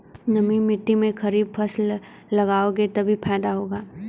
नमी मिट्टी में खरीफ फसल लगाओगे तभी फायदा होगा